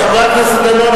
חבר הכנסת דנון,